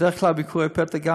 בדרך כלל ביקורי פתע,